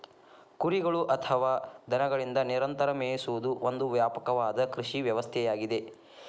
ಕುರಿಗಳು ಅಥವಾ ದನಗಳಿಂದ ನಿರಂತರ ಮೇಯಿಸುವುದು ಒಂದು ವ್ಯಾಪಕವಾದ ಕೃಷಿ ವ್ಯವಸ್ಥೆಯಾಗಿದೆ